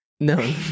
No